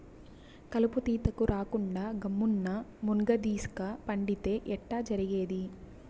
కలుపు తీతకు రాకుండా గమ్మున్న మున్గదీస్క పండితే ఎట్టా జరిగేది